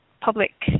public